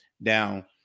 Now